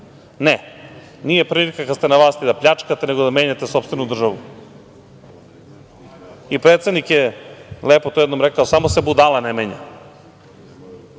Ne. Nije prilika kada ste na vlasti da pljačkate, nego da menjate sopstvenu državu. Predsednik je to jednom lepo rekao, samo se budala ne menja.